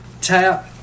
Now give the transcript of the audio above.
tap